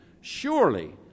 surely